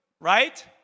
Right